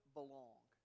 belong